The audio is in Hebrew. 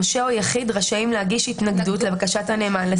"נושה או יחיד רשאים להגיש התנגדות לבקשת הנאמן לשכר טרחה".